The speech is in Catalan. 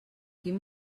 quin